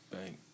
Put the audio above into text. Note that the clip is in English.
Bank